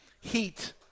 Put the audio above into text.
heat